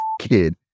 kid